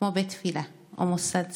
כמו בית תפילה או מוסד צדקה.